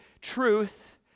truth